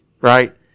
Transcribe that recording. right